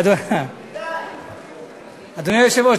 אדוני היושב-ראש,